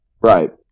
Right